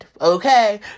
Okay